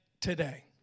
today